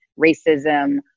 racism